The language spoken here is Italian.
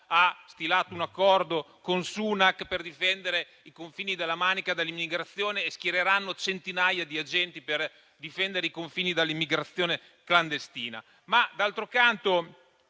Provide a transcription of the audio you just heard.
stilato un accordo con Sunak per difendere i confini della Manica dall'immigrazione e che saranno schierati centinaia di agenti per difendere i confini dall'immigrazione clandestina. D'altro canto,